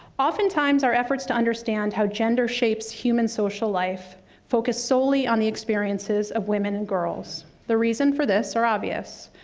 oftentimes, our efforts to understand how gender shapes human social life focus solely on the experiences of women and girls. the reason for this are obvious.